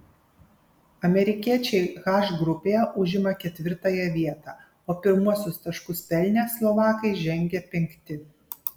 amerikiečiai h grupėje užima ketvirtąją vietą o pirmuosius taškus pelnę slovakai žengia penkti